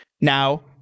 now